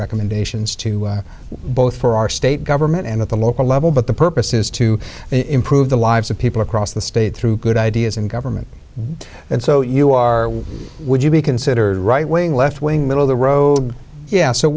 recommendations to both for our state government and at the local level but the purpose is to improve the lives of people across the state through good ideas in government and so you are would you be considered right wing left wing middle of the road yeah so